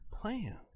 plan